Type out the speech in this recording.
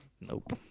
Nope